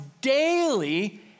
daily